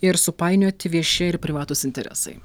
ir supainioti vieši ir privatūs interesai